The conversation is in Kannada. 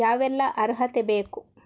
ಯಾವೆಲ್ಲ ಅರ್ಹತೆ ಬೇಕು?